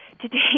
today